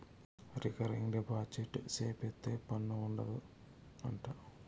recurring deposit సేపిత్తే పన్ను ఉండదు అంట